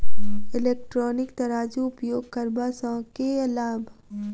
Electronic तराजू उपयोग करबा सऽ केँ लाभ?